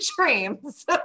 dreams